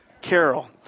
Carol